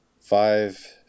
five